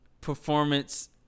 performance